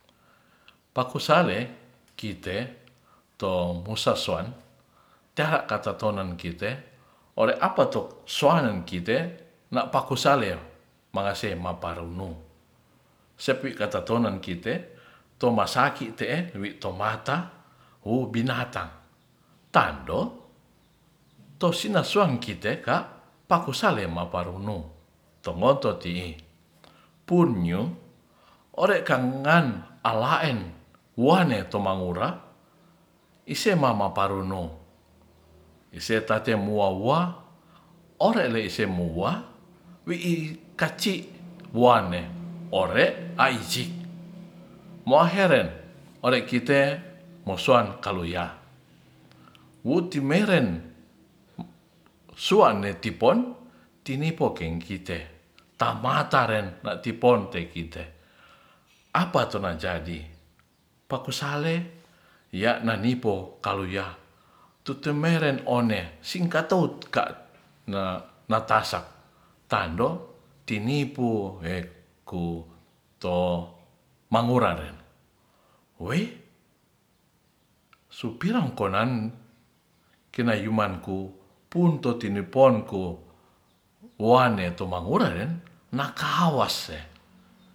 Pakusale kite to musasoan te'aha katanonan kite ore' apatok soanen kite napakusale mangase maparunu sepi' katatonan kite tomasaki te'e wi tomata wu binatang tando tosi nasuang kite ka pakusale maparunu tongoto ti punyu ore kangan alaen wane to mangura ise mamaparunu ise tatemuamua ore leisemua weikaci woane ore aijik moheren ore kite mosoan kaluya wu timeren sua tipon tinipo keng kite tamateren na'tipon kengkite apatona jadi pakusale ya' na nipo kaluya tutumeren one singkatou ka natasak tando tinipu weku to manguraren wei supirangkonan kinayumanku punto tineponku manguraren naka'awase.